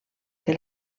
que